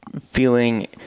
feeling